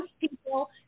people